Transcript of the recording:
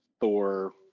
Thor